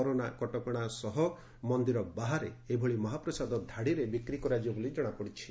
corona କଟକଣା ସହ ମନ୍ଦିର ବାହାରେ ଏଭଳି ମହାପ୍ରସାଦ ଧାଡ଼ିରେ ବିକ୍ ି କରାଯିବ ବୋଲି ଜଣାପଡ଼ିଛି